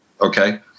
Okay